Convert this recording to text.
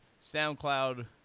SoundCloud